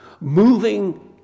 moving